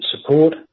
support